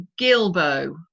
gilbo